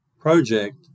project